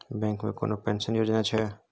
Bank मे कोनो pension योजना छै?